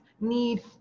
need